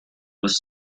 was